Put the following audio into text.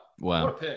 Wow